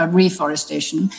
reforestation